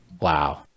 Wow